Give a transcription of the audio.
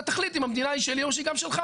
תחליט אם המדינה היא שלי או שהיא גם שלך.